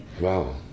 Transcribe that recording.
Wow